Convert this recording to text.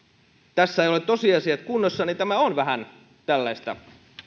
ole tosiasiat kunnossa tämä on vähän tällaista